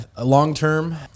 long-term